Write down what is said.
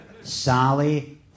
Sally